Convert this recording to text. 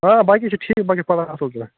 آ باقٕے چھِ ٹھیٖک باقٕے چھِ پَران اصٕل پٲٹھۍ